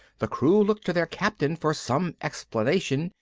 the crew looked to their captain for some explanation,